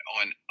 on